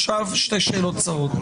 עכשיו שתי שאלות קצרות.